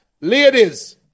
ladies